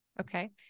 Okay